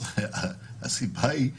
הסיבה לא